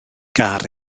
gar